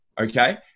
Okay